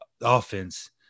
offense –